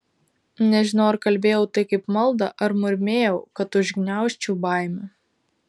nežinau ar kalbėjau tai kaip maldą ar murmėjau kad užgniaužčiau baimę